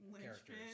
characters